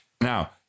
Now